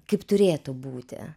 kaip turėtų būti